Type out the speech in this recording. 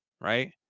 right